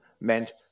meant